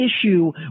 issue